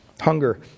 hunger